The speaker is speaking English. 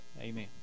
amen